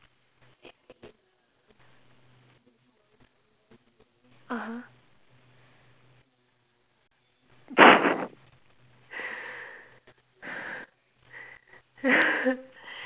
(uh huh)